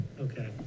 Okay